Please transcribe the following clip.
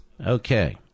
Okay